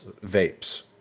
vapes